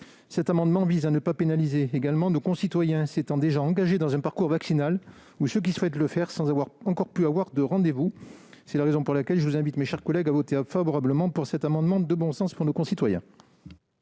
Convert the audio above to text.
Cet amendement vise également à ne pas pénaliser nos concitoyens qui se sont déjà engagés dans un parcours vaccinal ou ceux qui souhaitent le faire sans avoir pu encore obtenir de rendez-vous. C'est la raison pour laquelle je vous invite, mes chers collègues, à voter cet amendement de bon sens pour nos concitoyens.